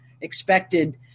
expected